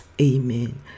Amen